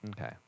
Okay